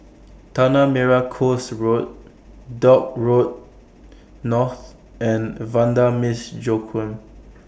Tanah Merah Coast Road Dock Road North and Vanda Miss Joaquim